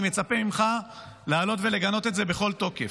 אני מצפה ממך לעלות ולגנות את זה בכל תוקף.